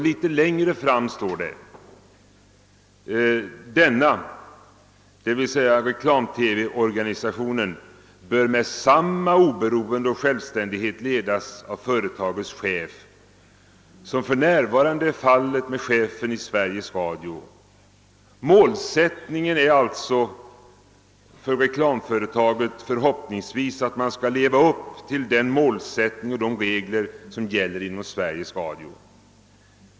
Litet längre fram står följande: »Detta», d.v.s. det reklamfinansierade företaget, »bör med samma oberoende och självständighet ledas av företagets chef som f.n. är fallet med chefen i Sveriges Radio.» Målet för det reklamfinansierade företaget är alltså att man hoppas kunna efterleva de regler som gäller för Sveriges Radio.